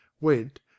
went